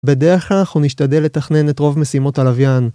בדרך כלל אנחנו נשתדל לתכנן את רוב משימות הלוויין.